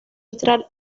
entrar